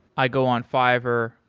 i go on fiverr,